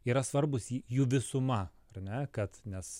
yra svarbūs ji jų visuma ar ne kad nes